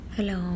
Hello